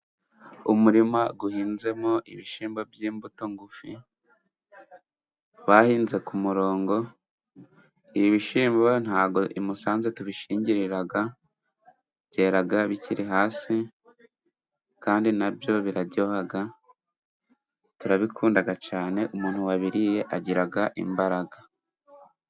Umurima uhinzemo ibishyimbo by'imbuto ngufi bahinze ku murongo, ibishyimbo ntabwo i Musanze tubishingirira. Byera bikiri hasi kandi nabyo biraryoha turabikunda cyane umuntu wabiriye agira imbaraga.